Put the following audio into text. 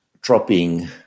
dropping